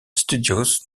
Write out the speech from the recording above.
studios